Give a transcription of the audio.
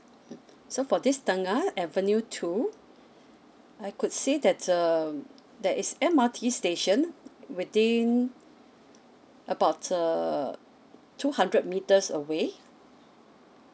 mm so for this tengah avenue two I could see that's uh that is M_R_T station within about uh two hundred meters away